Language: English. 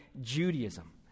Judaism